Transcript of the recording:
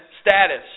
status